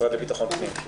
המשרד לביטחון פנים.